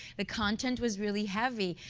the content was really heavy.